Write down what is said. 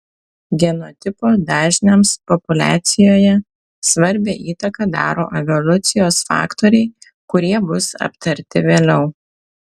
genotipų dažniams populiacijoje svarbią įtaką daro evoliucijos faktoriai kurie bus aptarti vėliau